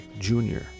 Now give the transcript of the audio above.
Junior